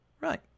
right